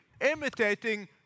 imitating